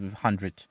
hundred